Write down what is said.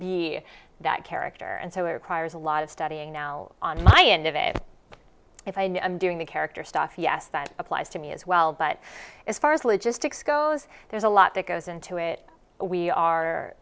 be that character and so it requires a lot of studying now on my end of it if i know i'm doing the character stuff yes that applies to me as well but as far as logistics goes there's a lot that goes into it we are